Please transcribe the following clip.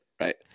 Right